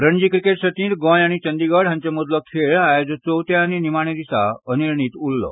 Ranji cricket सर्तींत गोंय आनी चंदीगड हांचे मदलो खेळ आयज चवथ्या आनी निमाण्या दिसा अनिर्णीत उरलो